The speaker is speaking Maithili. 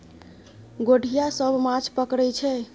गोढ़िया सब माछ पकरई छै